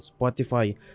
Spotify